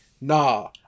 nah